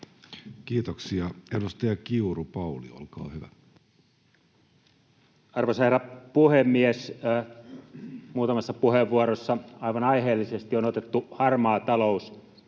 Kiitoksia. — Edustaja Kiuru, Pauli, olkaa hyvä. Arvoisa herra puhemies! Muutamassa puheenvuorossa aivan aiheellisesti on otettu harmaa talous esille.